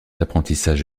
l’apprentissage